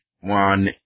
one